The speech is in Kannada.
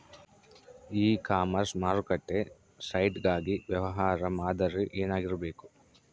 ಇ ಕಾಮರ್ಸ್ ಮಾರುಕಟ್ಟೆ ಸೈಟ್ ಗಾಗಿ ವ್ಯವಹಾರ ಮಾದರಿ ಏನಾಗಿರಬೇಕು?